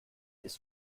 ist